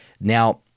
Now